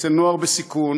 אצל נוער בסיכון,